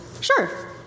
Sure